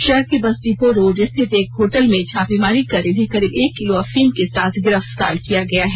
शहर के bus depot road एक होटल में छापेमारी कर इन्हें करीब एक किलो अफीम के साथ गिरफ्तार किया गया है